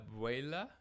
Abuela